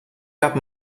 cap